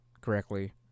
correctly